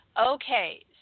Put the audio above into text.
Okay